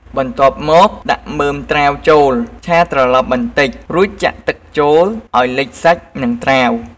បន្ទាប់មកដាក់មើមត្រាវចូលឆាត្រឡប់បន្តិច រួចចាក់ទឹកចូលឱ្យលិចសាច់និងត្រាវ។